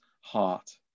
heart